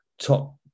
top